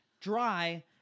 dry